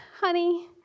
honey